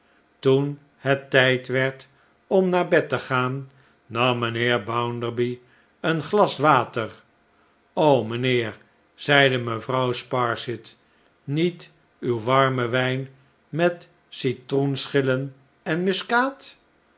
toen het tijd werd om naar bed te gaan nam mijnheer bounderby een glas water mijnheer zeide mevrouw sparsit niet uw warm en wijn met citroenschillen en